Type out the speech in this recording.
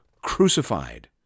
crucified